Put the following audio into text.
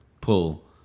pull